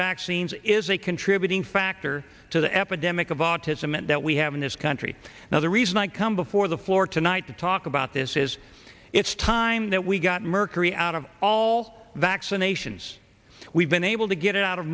vaccines is a contributing factor to the epidemic of autism and that we have in this country now the reason i come before the floor tonight to talk about this is it's time that we got mercury out of all vaccinations we've been able to get out of